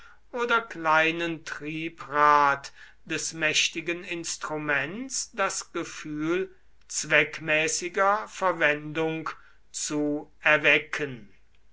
oder kleinen triebrad des mächtigen instruments das gefühl zweckmäßiger verwendung zu erwecken